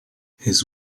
his